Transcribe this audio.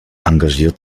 engagiert